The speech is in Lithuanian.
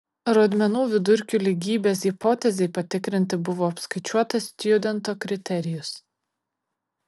rodmenų vidurkių lygybės hipotezei patikrinti buvo apskaičiuotas stjudento kriterijus